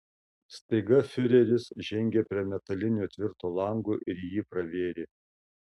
staiga fiureris žengė prie metalinio tvirto lango ir jį pravėrė